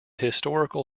historical